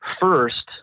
first